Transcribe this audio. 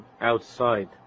outside